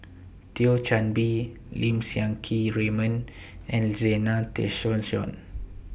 Thio Chan Bee Lim Siang Keat Raymond and Zena Tessensohn